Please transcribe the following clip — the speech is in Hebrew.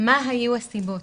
מה היו הסיבות.